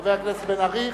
חבר הכנסת בן-ארי,